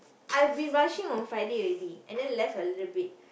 I've been rushing on Friday already and then left a little bit